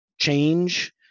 change